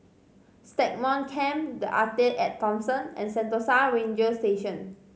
Stagmont Camp The Arte At Thomson and Sentosa Ranger Station